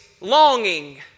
longing